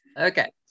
Okay